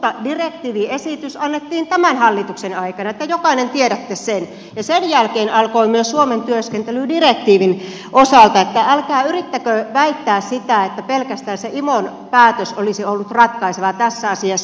mutta direktiiviesitys annettiin tämän hallituksen aikana te jokainen tiedätte sen ja sen jälkeen alkoi myös suomen työskentely direktiivin osalta niin että älkää yrittäkö väittää sitä että pelkästään se imon päätös olisi ollut ratkaiseva tässä asiassa